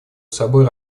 собой